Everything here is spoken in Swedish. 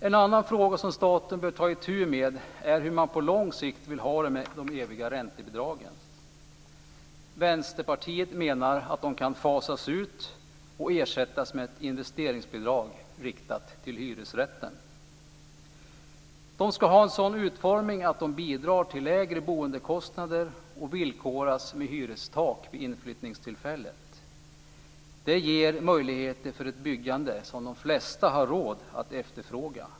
En annan fråga som staten bör ta itu med är hur man på lång sikt vill ha det med de eviga räntebidragen. Vänsterpartiet menar att de kan fasas ut och ersättas med ett investeringsbidrag riktat till hyresrätten. De ska ha en sådan utformning att de bidrar till lägre boendekostnader och villkoras med hyrestak vid inflyttningstillfället. Det ger möjligheter för ett byggande som de flesta har råd att efterfråga.